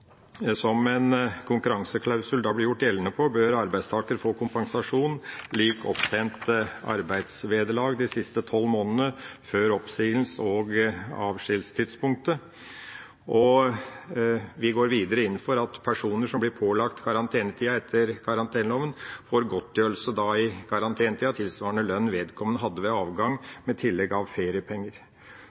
som en konkurranseklausul blir gjort gjeldende for, bør arbeidstaker få en kompensasjon som er lik opptjent arbeidsvederlag de siste 12 månedene før oppsigelses- og avskjedstidspunktet. Vi går videre inn for at personer som blir pålagt karantenetid etter karanteneloven, får godtgjørelse i karantenetida tilsvarende lønnen som vedkommende hadde ved avgang, med tillegg av feriepenger,